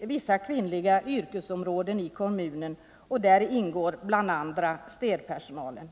vissa kvinnliga yrkesområden. Där ingår bl.a. städpersonalen.